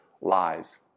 lies